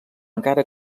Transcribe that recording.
encara